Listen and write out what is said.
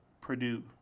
Purdue